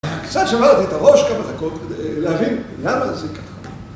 קצת שברתי את הראש כמה דקות כדי להבין למה זה קטן